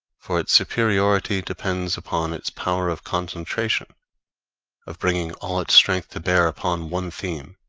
for its superiority depends upon its power of concentration of bringing all its strength to bear upon one theme,